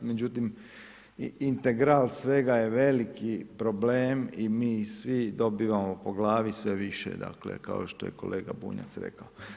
Međutim, integral svega je veliki problem i mi svi dobivamo po glavi sve više kao što je kolega Bunjac rekao.